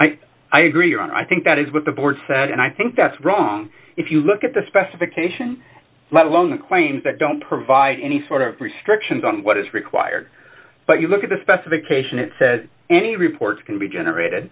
here i agree on i think that is what the board said and i think that's wrong if you look at the specification let alone the claims that don't provide any sort of restrictions on what is required but you look at the specification it says any reports can be generated